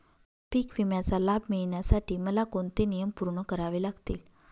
पीक विम्याचा लाभ मिळण्यासाठी मला कोणते नियम पूर्ण करावे लागतील?